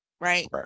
right